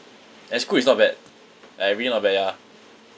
and scoot is not bad like really not bad ya